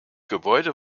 gebäude